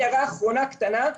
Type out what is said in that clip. רק הערה אחרונה קטנה.